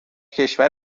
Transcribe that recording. کشور